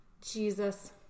Jesus